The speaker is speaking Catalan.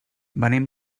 venim